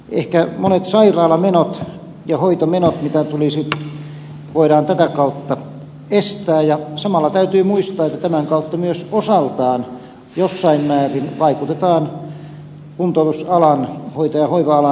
ehkä monet sairaalamenot ja hoitomenot mitä tulisi voidaan tätä kautta estää ja samalla täytyy muistaa että tämän kautta myös osaltaan jossain määrin vaikutetaan kuntoutusalan hoito ja hoiva alan työpaikkoihin positiivisesti